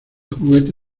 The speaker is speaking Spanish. juguete